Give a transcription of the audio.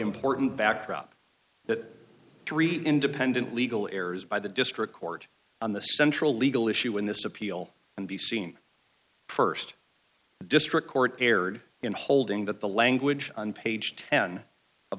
important backdrop that three independent legal errors by the district court on the central legal issue in this appeal and be seen st district court erred in holding that the language on page ten of